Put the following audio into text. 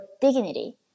dignity